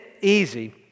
easy